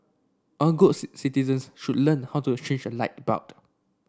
all good citizens should learn how to change a light bulb